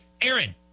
Aaron